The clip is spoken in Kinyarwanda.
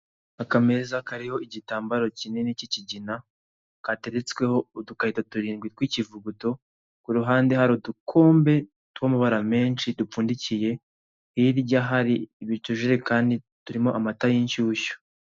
Akameza kariho igitambaro kinini k'ikigina kateretsweho udukarito turindwi tw'ikivuguto ku ruhande hari udukombe tw'amabara menshi dupfundikiye hirya hari utujerekani turimo amata y'inshyushyu.